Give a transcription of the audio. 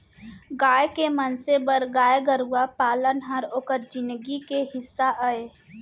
गॉँव के मनसे बर गाय गरूवा पालन हर ओकर जिनगी के हिस्सा अय